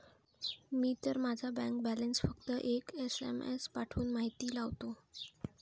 मी तर माझा bank balance फक्त एक एस.एम.एस पाठवून माहिती लावतो